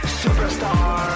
superstar